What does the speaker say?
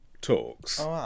talks